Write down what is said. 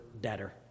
debtor